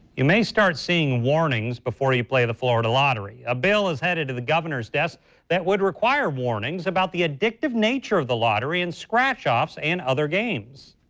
you may start seeing warnings before you play the florida lottery. a bill is headed to the governor's desk that would require warnings about the addictive nature of the lottery and scratchoff and other games.